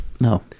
No